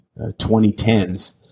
2010s